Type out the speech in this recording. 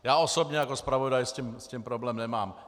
Já osobně jako zpravodaj s tím problém nemám.